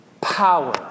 power